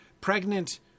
pregnant